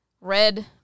red